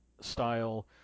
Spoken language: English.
style